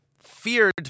feared